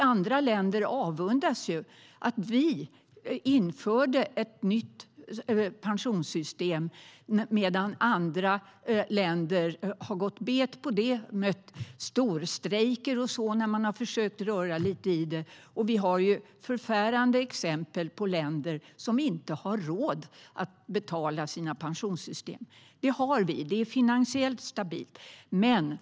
Andra länder avundas oss för att vi införde ett nytt pensionssystem. Andra länder har gått bet på det. När de har försökt röra lite i sina pensionssystem har det bemötts med storstrejker och sådant. Det finns förfärande exempel på länder som inte har råd att betala för sina pensionssystem. Det har vi. Det är finansiellt stabilt.